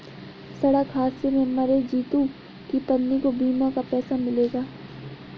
सड़क हादसे में मरे जितू की पत्नी को बीमा का पैसा मिलेगा